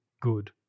good